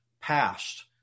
past